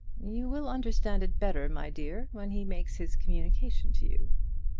you will understand it better, my dear, when he makes his communication to you.